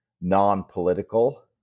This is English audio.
non-political